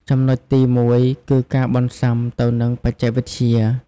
ចំណុចទីមួយ គឺ ការបន្សាំទៅនឹងបច្ចេកវិទ្យា។